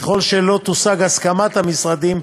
ככל שלא תושג הסכמת המשרדים,